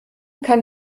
kann